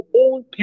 own